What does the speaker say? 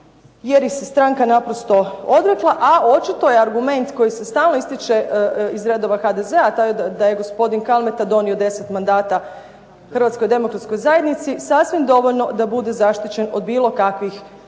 jer ih se stranka naprosto odrekla, a očito je argument koji se stalno ističe iz redova HDZ-a da je gospodin Kalmeta donio 10 mandata Hrvatskoj demokratskoj zajednici sasvim dovoljno da bude zaštićen od bilo kakvih istraga